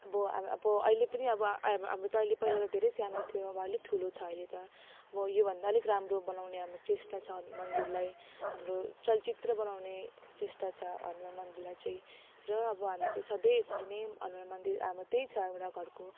अब अब अहिले पनि अब हाम्रो त पहिला धेरै सानो थियो अब अलिक ठुलो छ अहिले त अब यो भन्दा अलिक राम्रो बनाउने हाम्रो चेष्टा छ मन्दिरलाई हाम्रो चलचित्र बनाउने चेष्टा छ हनुमान मन्दिरलाई चाहिँ र अब हामी चाहिँ सधैँ यसरी नै हनुमान मन्दिर हाम्रो त्यही छ एउटा घरको